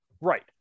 Right